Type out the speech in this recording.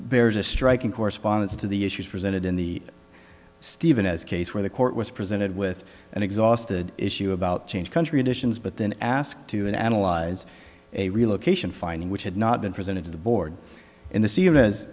bears a striking correspondence to the issues presented in the stephen as case where the court was presented with an exhausted issue about change country additions but then asked to analyze a relocation finding which had not been presented to the board in the